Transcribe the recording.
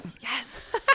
Yes